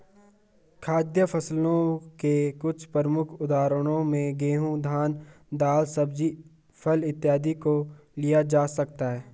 खाद्य फसलों के कुछ प्रमुख उदाहरणों में गेहूं, धान, दाल, सब्जी, फल इत्यादि को लिया जा सकता है